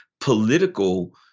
political